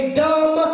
dumb